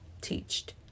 teached